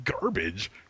garbage